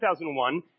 2001